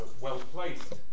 well-placed